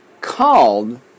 called